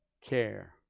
care